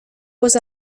was